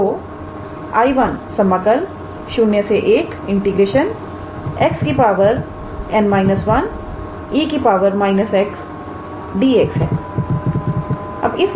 तो 𝐼1 समाकल 01 𝑥 𝑛−1𝑒 −𝑥𝑑𝑥 है